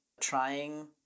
trying